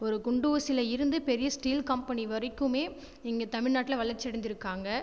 ஒரு குண்டு ஊசியில் இருந்து பெரிய ஸ்டீல் கம்பெனி வரைக்குமே இங்கே தமிழ்நாட்டில் வளர்ச்சி அடஞ்சுயிருக்காங்க